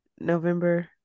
November